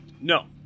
No